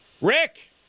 Rick